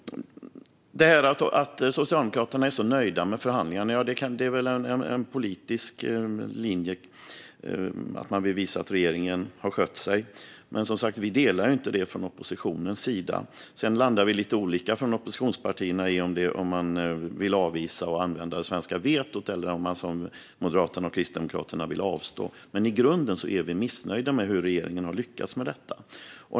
Att Socialdemokraterna är så nöjda med förhandlingarna är väl en politisk linje - man vill visa att regeringen har skött sig - men vi delar som sagt inte den åsikten från oppositionens sida. Sedan landar vi från oppositionspartierna lite olika gällande om vi vill avvisa och använda det svenska vetot eller, som Moderaterna och Kristdemokraterna, avstå. I grunden är vi dock missnöjda med hur regeringen har lyckats med detta.